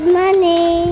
money